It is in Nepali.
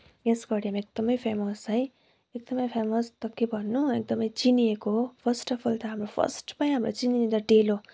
यस घडीमा एकदमै फेमस है एकदमै फेमस त के भन्नु एकदमै चिनिएको फर्स्ट अफ अल त हाम्रो फर्स्टमै हाम्रो चिनिने त डेलो